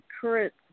current